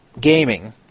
gaming